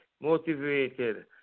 motivated